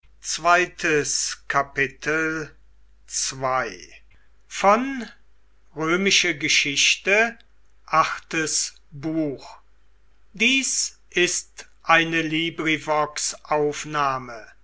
sind ist eine